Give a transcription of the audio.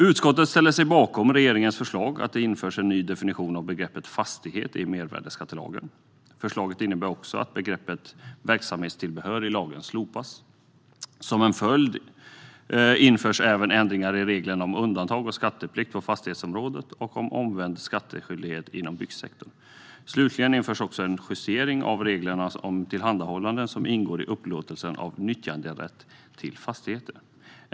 Utskottet ställer sig bakom regeringens förslag att införa en ny definition av begreppet fastighet i mervärdesskattelagen. Förslaget innebär också att begreppet verksamhetstillbehör i lagen slopas. Som en följd införs även ändringar i reglerna om undantag och skatteplikt på fastighetsområdet och om omvänd skattskyldighet inom byggsektorn. Slutligen införs en justering av reglerna om tillhandahållanden som ingår i upplåtelsen av nyttjanderätt till fastigheter.